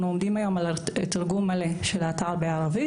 אנחנו עומדים היום על תרגום מלא של האתר בערבית